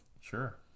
Sure